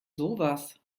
sowas